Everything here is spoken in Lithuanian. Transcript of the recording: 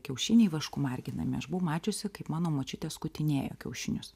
kiaušiniai vašku marginami aš buvau mačiusi kaip mano močiutė skutinėjo kiaušinius